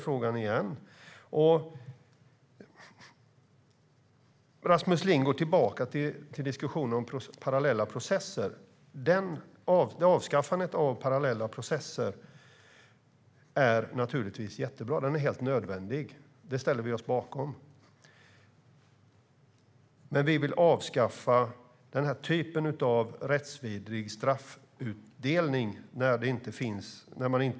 Rasmus Ling går tillbaka till diskussionen om parallella processer. Avskaffandet av parallella processer är naturligtvis jättebra. Det är helt nödvändigt. Det ställer vi oss bakom. Men vi vill avskaffa den här typen av rättsvidrig straffutdelning när man inte är dömd för ett brott.